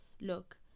look